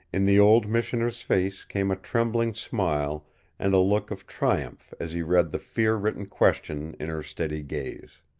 in the old missioner's face came a trembling smile and a look of triumph as he read the fear-written question in her steady gaze.